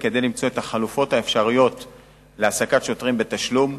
למציאת החלופות האפשריות להעסקת שוטרים בתשלום.